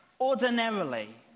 ordinarily